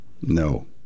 no